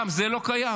גם זה לא קיים?